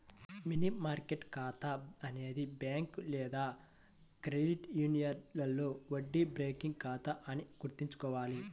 money market ఖాతా అనేది bank లేదా క్రెడిట్ యూనియన్లో వడ్డీ బేరింగ్ ఖాతా అని గుర్తుంచుకోవాలి